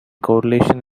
correlation